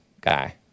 Guy